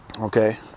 Okay